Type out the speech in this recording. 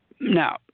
Now